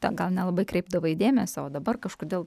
ten gal nelabai kreipdavai dėmesio o dabar kažkodėl